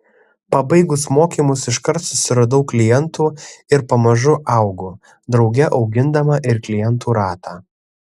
pabaigus mokymus iškart susiradau klientų ir pamažu augu drauge augindama ir klientų ratą